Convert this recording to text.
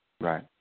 Right